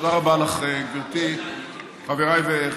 תודה לך, גברתי היושבת-ראש.